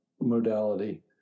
modality